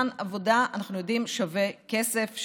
אנחנו יודעים שזמן עבודה שווה כסף,